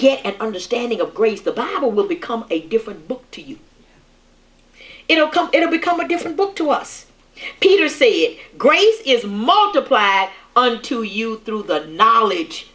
get an understanding of grace the bible will become a different book to you it will come it will become a different book to us peter see grace is multiplier unto you through the knowledge